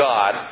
God